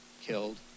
killed